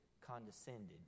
condescended